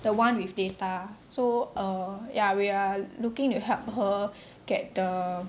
the one with data so err ya we are looking to help her get the